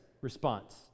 response